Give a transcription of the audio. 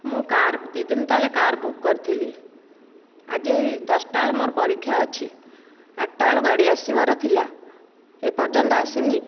ମୁଁ କାର ଦୁଇ ଦିନ ତଳେ କାର ବୁକ୍ କରିଥିଲି ଆଜି ଦଶଟା ବେଳେ ମୋର ପରୀକ୍ଷା ଅଛି ଆଠଟା ବେଳୁ ଗାଡ଼ି ଆସିବାର ଥିଲା ଏପର୍ଯ୍ୟନ୍ତ ଆସିନି